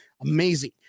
amazing